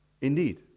Indeed